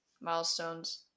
Milestones